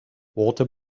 water